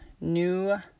new